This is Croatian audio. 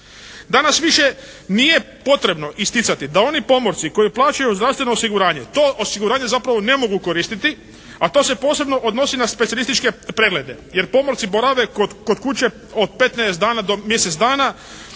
Danas više nije potrebno isticati da oni pomorci koji plaćaju zdravstveno osiguranje to osiguranje zapravo ne mogu koristiti a to se posebno odnosi na specijalističke preglede jer pomorci borave kod kuće od 15 dana do mjesec dana